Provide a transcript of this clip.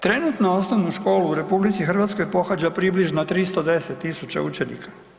Trenutno osnovnu školu u RH pohađa približno 310 000 učenika.